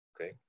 Okay